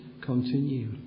continue